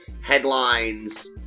headlines